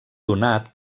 donat